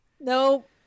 Nope